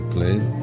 played